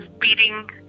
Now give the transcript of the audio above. beating